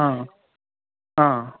ఆ ఆ